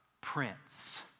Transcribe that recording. prince